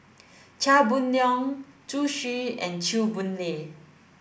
Chia Boon Leong Zhu Xu and Chew Boon Lay